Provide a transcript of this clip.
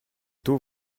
taux